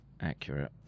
accurate